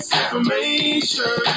information